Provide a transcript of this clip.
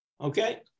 Okay